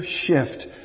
shift